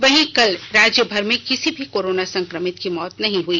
वहीं कल राज्य भर में किसी भी कोरोना संक्रमित की मौत नहीं हई